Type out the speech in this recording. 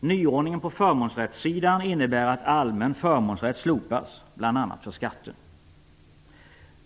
Nyordningen på förmånsrättssidan innebär att allmän förmånsrätt slopas bl.a. för skatter.